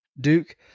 Duke